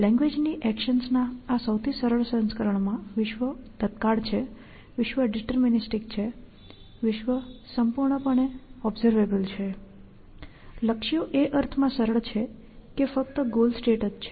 લેંગ્વેજની એક્શન્સના આ સૌથી સરળ સંસ્કરણમાં વિશ્વ તત્કાળ છે વિશ્વ ડિટર્મિનીસ્ટિક છે વિશ્વ સંપૂર્ણપણે અવલોકનક્ષમ છે લક્ષ્યો એ અર્થમાં સરળ છે કે ફક્ત ગોલ સ્ટેટ જ છે